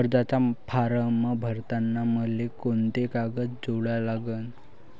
कर्जाचा फारम भरताना मले कोंते कागद जोडा लागन?